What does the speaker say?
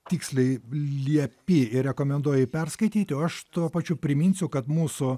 tiksliai liepi rekomenduoji perskaityt o aš tuo pačiu priminsiu kad mūsų